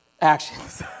actions